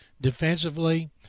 Defensively